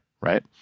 right